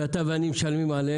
שאתה ואני משלמים עליהם,